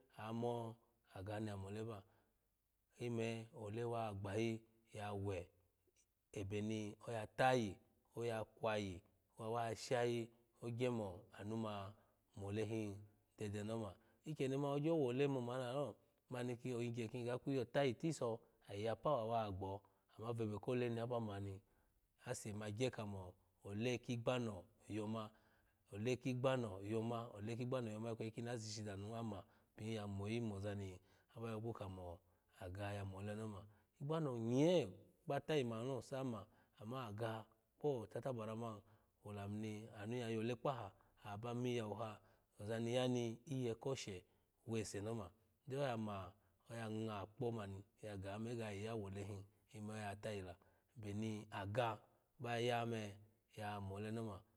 Amo aga ni ya mole ba ime ole wa gbanyi ya we ebe ni oya tayi oya kwayi wa wa shayi oya gyo mo anu ma mole hin dede ni oma ikyeni man ogyo wole moma ni lalo mani kiin oyingye kin ga kwiro tayi tiso ay ya pa wawa gbo ama vebe kole ni aba mani ase ma gye kamo ole kigbano yoma ole kigbano yoma ole kigbano yoma kwegi kini azishi damu ama pin ya moyi mozani aba yogu kamo aga ya mole ni oma igbano nye ba tayi kamo aga ya mole ni oma igbano nye ba tayi mani lo sama ama aga kpo tattabara man olam ni anu ya yole kpaha aha ba miyawu ha ozani yani iye koshe wese ni oma odo ya ma oya nga kpo mami ya ga me ga iya wole hin ime oya tayi la ebeni agaba ya me ya mole ni oma.